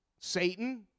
Satan